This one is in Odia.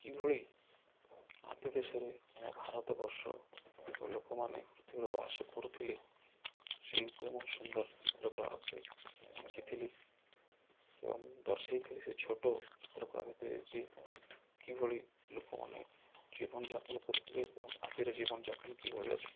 କିଭଳି ଆଦ୍ୟ ଦେଶରେ ଆମ ଭାରତ ବର୍ଷ ଲୋକମାନେ ପୃଥିବୀରେ ବାସ କରୁଥିଲେ ସେଇ ଉପରେ ମୁଁ ସୁନ୍ଦର ଚିତ୍ରକଳା ଉପରେ ଆଙ୍କିଥିଲି ଏବଂ ଦର୍ଶାଇଥିଲି ସେ ଛୋଟ ଚିତ୍ରକଳା ଭିତରେ ହେଉଛି କିଭଳି ଲୋକମାନେ ଜୀବନଯାପନ କରୁଥିଲେ ଏବଂ ଆଜିର ଜୀବନଯାପନ କିଭଳି ଅଛି